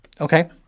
Okay